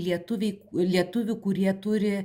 lietuviai lietuvių kurie turi